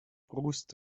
brust